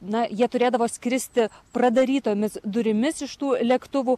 na jie turėdavo skristi pradarytomis durimis iš tų lėktuvų